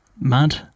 mad